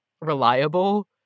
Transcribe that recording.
reliable